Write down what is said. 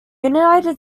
united